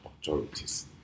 authorities